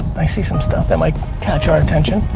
i see some stuff that might catch our attention.